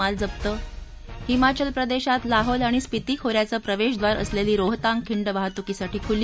माल जप्त हिमाचल प्रदेशात लाहौल आणि स्पिती खोऱ्याचं प्रवेशद्वार असलेली रोहतांग खिंड वाहतुकीसाठी खुली